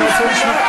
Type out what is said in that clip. אני רוצה לשמוע.